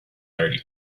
thirty